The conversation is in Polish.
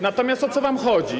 Natomiast o co wam chodzi?